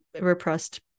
repressed